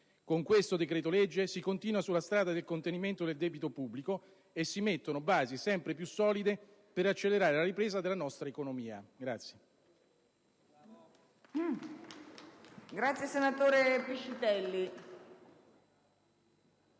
Con questo decreto-legge si continua sulla strada del contenimento del debito pubblico e si pongono basi sempre più solide per accelerare la ripresa della nostra economia.